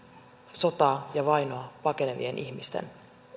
sotaa ja vainoa pakenevien ihmisten